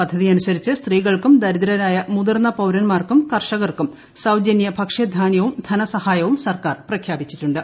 പദ്ധതിയനുസരിച്ച് സ്ത്രീകൾക്കും ദരിദ്രരായ മുതിർന്ന പൌരൻമാർക്കും കർഷകർക്കും സൌജന്യ ഭക്ഷ് ധാന്യവും ധനസഹായവും സർക്കാർ പ്രഖ്യാപിച്ചിട്ടുണ്ട്